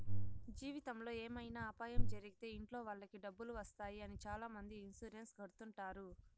జీవితంలో ఏమైనా అపాయం జరిగితే ఇంట్లో వాళ్ళకి డబ్బులు వస్తాయి అని చాలామంది ఇన్సూరెన్స్ కడుతుంటారు